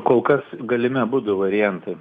kol kas galimi abudu variantai